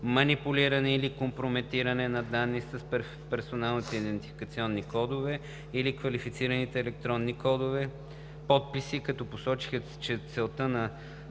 манипулиране или компрометиране на данни с персоналните идентификационни кодове или квалифицираните електронни кодове – подписи, като посочиха, че целта на